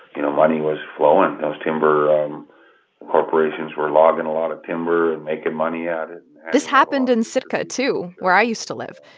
you know, money was flowing. those timber corporations were logging a lot of timber and making money at it this happened in sitka, too, where i used to live.